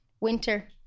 winter